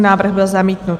Návrh byl zamítnut.